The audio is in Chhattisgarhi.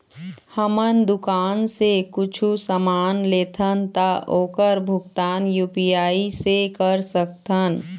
हमन दुकान से कुछू समान लेथन ता ओकर भुगतान यू.पी.आई से कर सकथन?